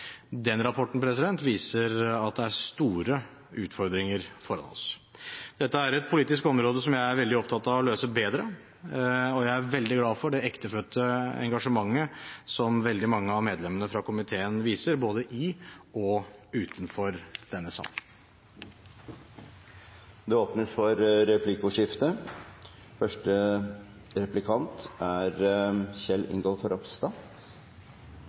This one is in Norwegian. Den rapporten viser at det er store utfordringer for oss. Dette er et politisk område som jeg er veldig opptatt av å løse bedre, og jeg er veldig glad for det ektefødte engasjementet som veldig mange av medlemmene fra komiteen viser, både i og utenfor denne sal. Det blir replikkordskifte. Jeg vil takke for et godt innlegg og for et godt samarbeid i saken. Det er